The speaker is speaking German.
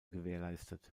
gewährleistet